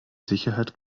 sicherheit